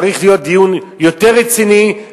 צריך להיות דיון יותר רציני,